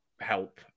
help